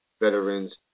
veterans